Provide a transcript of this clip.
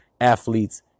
athletes